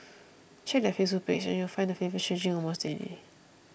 check their Facebook page and you will find the flavours changing almost daily